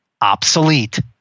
obsolete